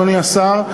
אדוני השר,